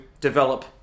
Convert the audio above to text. develop